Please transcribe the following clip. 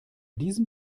diesem